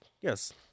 yes